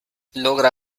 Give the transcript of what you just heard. logra